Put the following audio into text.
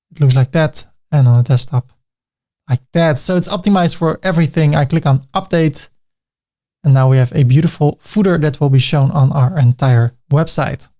it looks like that and on desktop like that. so it's optimized for everything. i click on update and now we have a beautiful footer that will be shown on our entire website.